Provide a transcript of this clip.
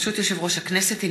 ברשות יושב-ראש הכנסת,